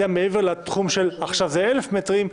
ההגבלה עכשיו היא 1,000 מטרים,